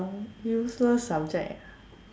a useless subject ah